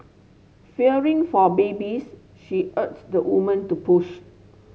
fearing for babies she urged the woman to push